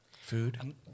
Food